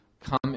come